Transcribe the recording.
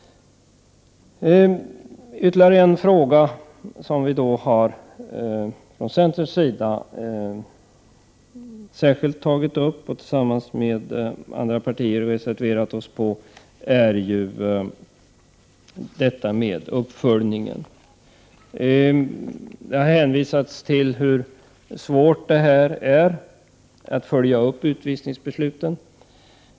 En annan fråga som centern särskilt har tagit upp och tillsammans med andra partier reserverat sig i gäller uppföljningen. Det har framhållits hur svårt det är att följa upp utvisningsbesluten.